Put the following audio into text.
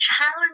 challenge